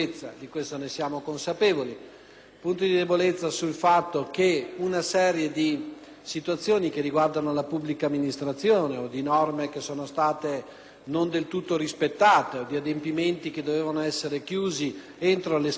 situazioni relative alla pubblica amministrazione o di norme che non sono state del tutto rispettate o di adempimenti che dovevano essere chiusi entro le scadenze previste per legge in realtà necessitano di ulteriori proroghe.